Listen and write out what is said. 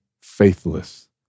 faithless